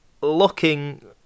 Looking